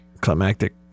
Climactic